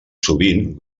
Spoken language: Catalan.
sovint